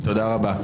תודה רבה.